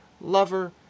lover